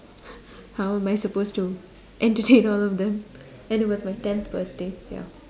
how am I supposed to entertain all of them and it was my tenth birthday ya